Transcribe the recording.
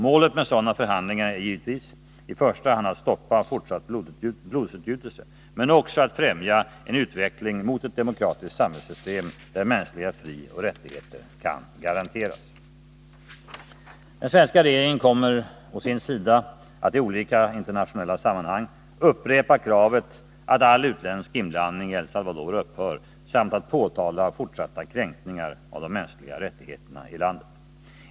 Målet med sådana förhandlingar är givetvis i första hand att stoppa fortsatt blodsutgjutelse, men också att främja en utveckling mot ett demokratiskt samhällssystem där mänskliga frioch rättigheter kan garanteras. Den svenska regeringen kommer å sin sida att i olika internationella sammanhang upprepa kravet att all utländsk inblandning i El Salvador upphör samt att påtala fortsatta kränkningar av de mänskliga rättigheterna i landet.